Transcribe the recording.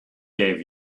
gave